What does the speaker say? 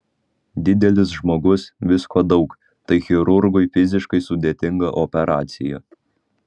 didelis žmogus visko daug tai chirurgui fiziškai sudėtinga operacija